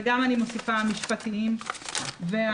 וגם אני מוסיפה משפטיים וסוציאליים,